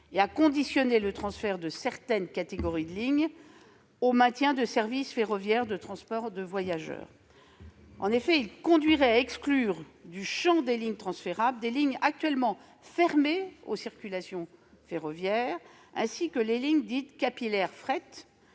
et à conditionner le transfert de certaines catégories de lignes au maintien de services ferroviaires de transport de voyageurs. Cela conduirait à exclure du champ des lignes transférables des lignes actuellement fermées aux circulations ferroviaires, ainsi que les lignes dites « capillaires fret